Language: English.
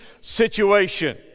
situation